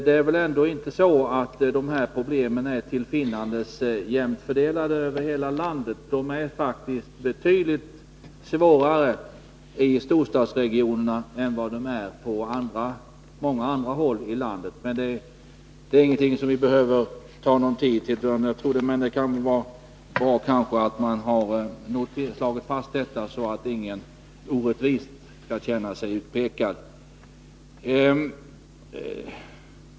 Det är väl ändå inte så att dessa problem är till finnandes jämnt fördelade över hela landet. De är faktiskt betydligt svårare i storstadsregionerna än på många andra håll i landet. Det är ingenting som vi behöver uppta tiden med nu, men jag tror att det är bra att detta har slagits fast, så att ingen orättvist skall känna sig utpekad.